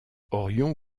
orion